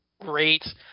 great